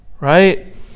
right